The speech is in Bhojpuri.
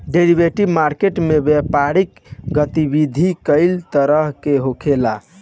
डेरिवेटिव मार्केट में व्यापारिक गतिविधि कई तरह से होखेला